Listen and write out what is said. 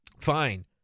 Fine